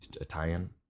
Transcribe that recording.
Italian